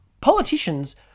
politicians